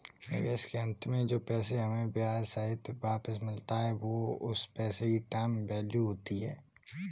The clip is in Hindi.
निवेश के अंत में जो पैसा हमें ब्याह सहित वापस मिलता है वो उस पैसे की टाइम वैल्यू होती है